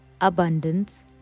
abundance